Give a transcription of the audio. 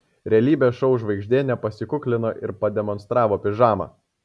realybės šou žvaigždė nepasikuklino ir pademonstravo pižamą